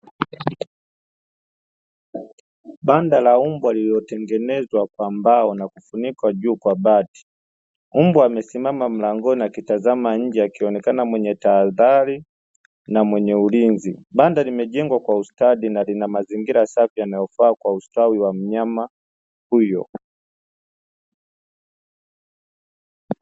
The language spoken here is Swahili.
Banda la mbwa lililotengenezwa kwa mbao na kufunikwa juu kwa bati. Mbwa amesimama juu mlangoni akitazama nje akionekana mwenye tahadhari na mwenye ulinzi, banda limejengwa kwa ustadi na lina mazingira safi yanayofaa kwa ustawi wa mnyama huyo.